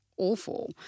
awful